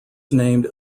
named